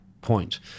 point